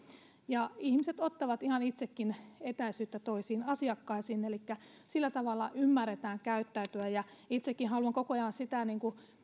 ja ihmiset ottavat ihan itsekin etäisyyttä toisiin asiakkaisiin elikkä sillä tavalla ymmärretään käyttäytyä itsekin haluan koko ajan